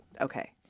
okay